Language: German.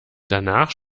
danach